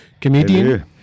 comedian